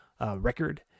Record